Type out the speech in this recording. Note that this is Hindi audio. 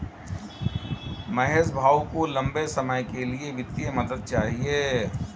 महेश भाऊ को लंबे समय के लिए वित्तीय मदद चाहिए